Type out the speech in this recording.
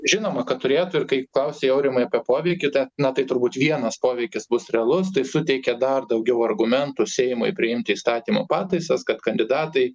žinoma kad turėtų ir kai klausiai aurimai apie poveikį tą na tai turbūt vienas poveikis bus realus tai suteikia dar daugiau argumentų seimui priimti įstatymo pataisas kad kandidatai